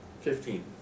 Fifteen